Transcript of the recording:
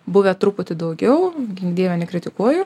buvę truputį daugiau gink dieve nekritikuoju